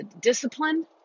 discipline